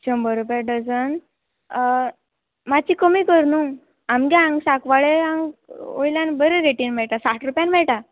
शंबर रुपया डजन मात्शी कमी कर न्हू आमगे हांग सांकवाळे वयल्यान बरें रेटीन मेळटा साठ रुपयान मेळटा